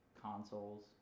consoles